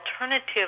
alternative